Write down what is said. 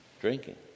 drinking